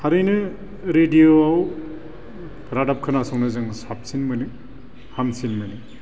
थारैनो रेदिय'आव रादाब खोनासंनो जों साबसिन मोनो हामसिन मोनो